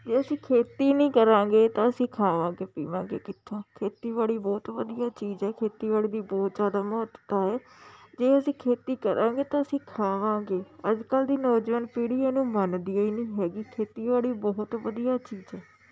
ਜੇ ਅਸੀਂ ਖੇਤੀ ਨਹੀਂ ਕਰਾਂਗੇ ਤਾਂ ਅਸੀਂ ਖਾਵਾਂਗੇ ਪੀਵਾਂਗੇ ਕਿੱਥੋਂ ਖੇਤੀਬਾੜੀ ਬਹੁਤ ਵਧੀਆ ਚੀਜ਼ ਹੈ ਖੇਤੀਬਾੜੀ ਦੀ ਬਹੁਤ ਜ਼ਿਆਦਾ ਮਹੱਤਤਾ ਹੈ ਜੇ ਅਸੀਂ ਖੇਤੀ ਕਰਾਂਗੇ ਤਾਂ ਅਸੀਂ ਖਾਵਾਂਗੇ ਅੱਜ ਕੱਲ੍ਹ ਦੀ ਨੌਜਵਾਨ ਪੀੜੀ ਇਹਨੂੰ ਮੰਨਦੀ ਏ ਨਹੀਂ ਹੈਗੀ ਖੇਤੀਬਾੜੀ ਬਹੁਤ ਵਧੀਆ ਚੀਜ਼ ਹੈ